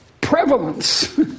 prevalence